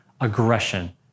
aggression